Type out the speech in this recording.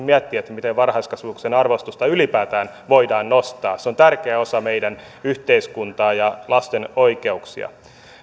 miten varhaiskasvatuksen arvostusta ylipäätään voidaan nostaa se on tärkeä osa meidän yhteiskuntaamme ja lasten oikeuksia